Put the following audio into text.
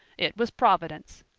it was providence,